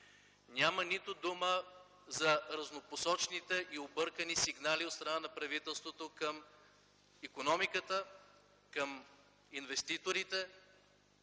Няма нито дума за разнопосочните и объркани сигнали от страна на правителството към икономиката, към инвеститорите,